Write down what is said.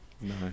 No